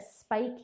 spike